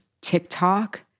TikTok